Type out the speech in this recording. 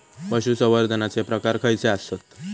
पशुसंवर्धनाचे प्रकार खयचे आसत?